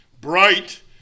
bright